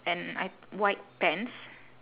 and I white pants